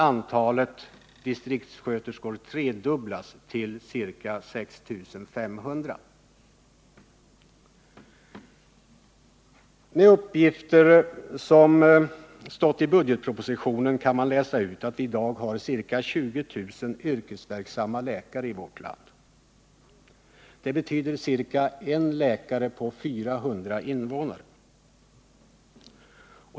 Antalet sköterskor måste då tredubblas till ca 6 500. Av de uppgifter som lämnas i budgetpropositionen kan man läsa ut att vi i dag har ca 20 000 yrkesverksamma läkare i vårt land. Det betyder ca en läkare på 400 invånare.